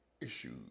issues